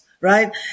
right